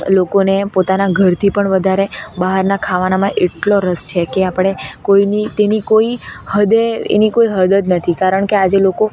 લોકોને પોતાના ઘરથી પણ વધારે બહારનાં ખાવાનામાં એટલો રસ છે કે આપણે કોઇની તેની કોઈ હદે એની કોઈ હદ જ નથી કારણ કે આજે લોકો